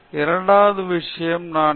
இரண்டாவது விஷயம் நான் எம்